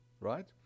Right